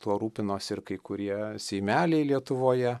tuo rūpinosi ir kai kurie seimeliai lietuvoje